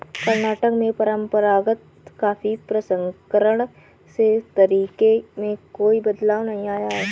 कर्नाटक में परंपरागत कॉफी प्रसंस्करण के तरीके में कोई बदलाव नहीं आया है